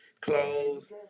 clothes